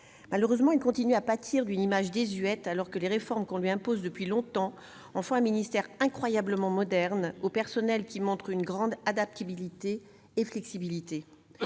Malheureusement, il continue à pâtir d'une image désuète, alors que les réformes qu'on lui impose depuis longtemps en font un ministère incroyablement moderne, dont le personnel montre une grande adaptabilité et une